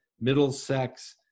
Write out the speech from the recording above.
Middlesex